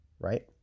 right